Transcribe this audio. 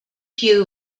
you